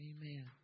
Amen